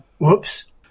whoops